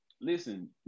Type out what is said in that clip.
Listen